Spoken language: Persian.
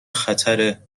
خطر